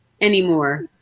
anymore